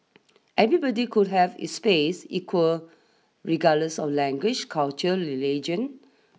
everybody could have is space equal regardless of language culture religion